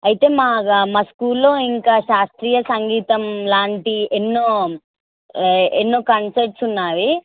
అయితే మా స్కూల్లో ఇంకా శాస్త్రీయ సంగీతంలాంటివి ఎన్నో ఎన్నో కాన్సెర్ట్స్ ఉన్నాయి